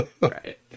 Right